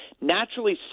naturally